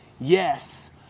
Yes